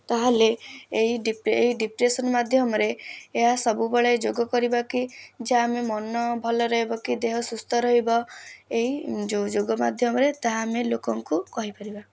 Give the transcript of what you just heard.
ତା'ହେଲେ ଏଇ ଏହି ଡିପ୍ରେସନ୍ ମାଧ୍ୟମରେ ଏହା ସବୁବେଳେ ଯୋଗ କରିବା କି ଯାହା ଆମେ ମନ ଭଲ ରହିବ କି ଦେହ ସୁସ୍ଥ ରହିବ ଏହି ଯୋଗ ମାଧ୍ୟମରେ ତାହା ଆମେ ଲୋକଙ୍କୁ କହିପାରିବା